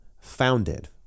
founded